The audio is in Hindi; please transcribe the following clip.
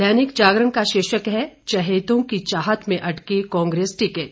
दैनिक जागरण का शीर्षक है चहेतों की चाहत में अटके कांग्रेस टिकट